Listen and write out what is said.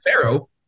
Pharaoh